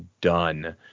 done